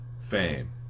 fame